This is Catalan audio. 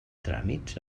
tràmits